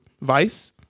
vice